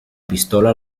pistola